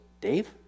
Dave